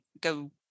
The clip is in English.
go